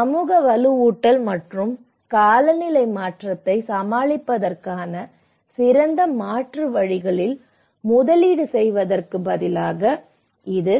சமூக வலுவூட்டல் மற்றும் காலநிலை மாற்றத்தை சமாளிப்பதற்கான சிறந்த மாற்று வழிகளில் முதலீடு செய்வதற்குப் பதிலாக இது